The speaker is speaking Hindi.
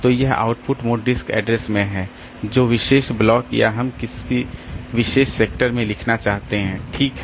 तो यह आउटपुट मोड डिस्क एड्रेस में है जो विशेष ब्लॉक या हम किस विशेष सेक्टर में लिखना चाहते हैं ठीक है